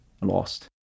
lost